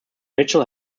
mitchell